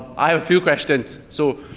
i have a few questions. so,